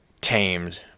tamed